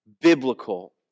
biblical